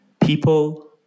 people